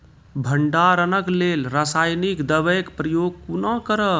भंडारणक लेल रासायनिक दवेक प्रयोग कुना करव?